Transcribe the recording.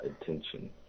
attention